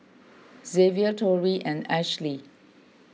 Xzavier Torrey and Ashely